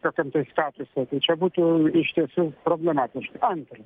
kokiam tai statuse tai čia būtų iš tiesų problematiška antra